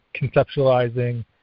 conceptualizing